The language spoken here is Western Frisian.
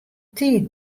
tiid